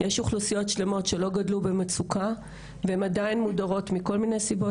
יש אוכלוסיות שלמות שלא גדלו במצוקה והן עדיין מודרות מכל מיני סיבות.